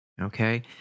Okay